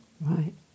Right